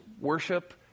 worship